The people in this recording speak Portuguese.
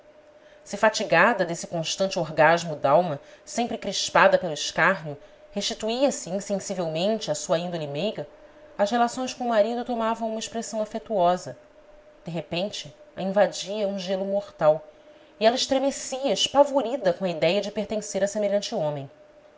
se fatigada desse constante orgasmo dalma sempre crispada pelo escárnio restituía se insensivelmente à sua índole meiga as relações com o marido tomavam uma expressão afetuosa de repente a invadia um gelo mortal e ela estremecia espavorida com a idéia de pertencer a semelhante homem